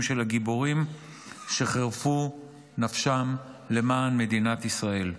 של הגיבורים שחירפו נפשם למען מדינת ישראל.